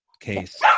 case